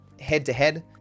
head-to-head